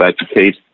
educate